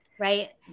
Right